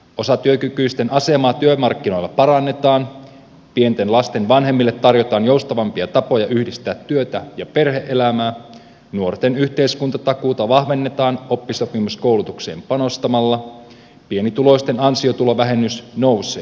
osatyökykyisten asemaa työmarkkinoilla parannetaan pienten lasten vanhemmille tarjotaan joustavampia tapoja yhdistää työtä ja perhe elämää nuorten yhteiskuntatakuuta vahvennetaan oppisopimuskoulutukseen panostamalla pienituloisten ansiotulovähennys nousee